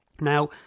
now